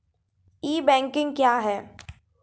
ई banking क्या हैं?